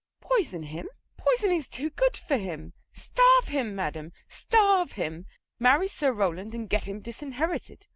poison him? poisoning's too good for him. starve him, madam, starve him marry sir rowland, and get him disinherited.